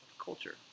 culture